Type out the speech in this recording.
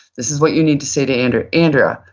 this is what you need to say to andrea. andrea,